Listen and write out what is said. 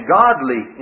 godly